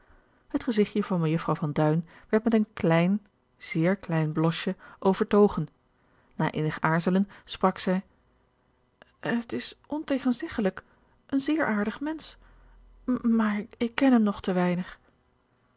het gezigtje van mejufrouw van duin werd met een klein zeer klein blosje overtogen na eenig aarzelen sprak zij het is ontegenzeggelijk een zeer aardig mensch maar ik ken hem nog te weinig